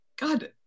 god